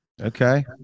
Okay